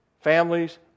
families